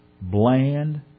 bland